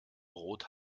brot